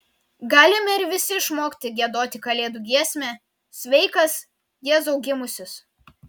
galime ir visi išmokti giedoti kalėdų giesmę sveikas jėzau gimusis